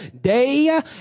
day